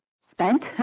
spent